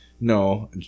No